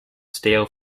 steel